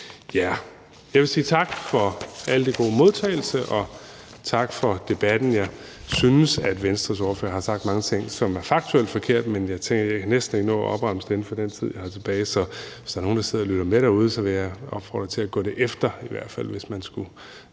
Jeg vil sige tak for den gode modtagelse og tak for debatten. Jeg synes, at Venstres ordfører har sagt mange ting, som er faktuelt forkerte, men jeg tænker, at jeg næsten ikke kan nå at opremse det inden for den tid, jeg har tilbage. Så hvis der er nogen, der sidder og lytter med derude, vil jeg opfordre til i hvert fald at gå det efter, hvis man skulle